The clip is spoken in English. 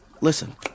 Listen